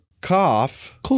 cough